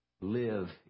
Live